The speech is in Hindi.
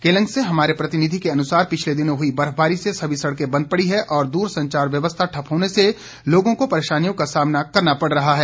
केलंग से हमारे प्रतिनिधि के अनुसार पिछले दिनों हुई बर्फबारी से सभी सड़के बंद पड़ी हैं और दूरसंचार व्यवस्था ठप्प होने से लोगों को परेशानियों का सामना करना पड़ रहा है